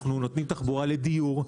אנחנו נותנים תחבורה לדיור,